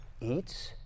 eats